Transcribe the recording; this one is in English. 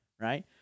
Right